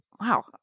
Wow